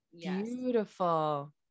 Beautiful